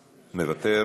מוותר.